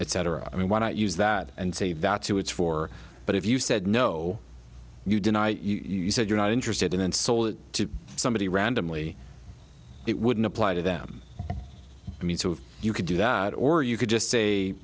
etc i mean why not use that and say that's who it's for but if you said no you deny you said you're not interested in and sold it to somebody randomly it wouldn't apply to them i mean you could do that or you could just say